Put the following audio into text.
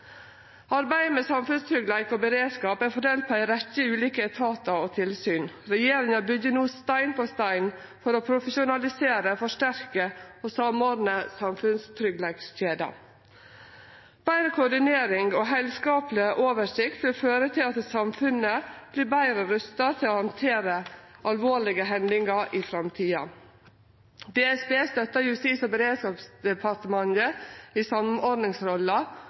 Arbeidet med samfunnstryggleik og beredskap er fordelt på ei rekkje ulike etatar og tilsyn. Regjeringa byggjer no stein på stein for å profesjonalisere, forsterke og samordne samfunnstryggleikskjeda. Betre koordinering og heilskapleg oversikt vil føre til at samfunnet vert betre rusta til å handtere alvorlege hendingar i framtida. Direktoratet for samfunnssikkerhet og beredskap støttar Justis- og beredskapsdepartementet i samordningsrolla,